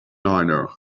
niner